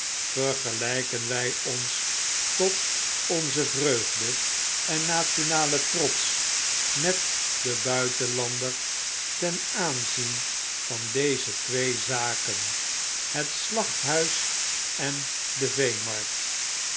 vergelpen wy ons tot onze vreagde en nationalen trots met den buitenlander ten aanzien van deze twee zaken het slachthuis en de veemarkt